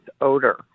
odor